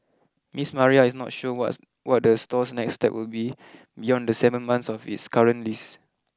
Miss Maria is not sure what's what the store's next step will be beyond the seven months of its current lease